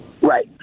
Right